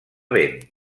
vent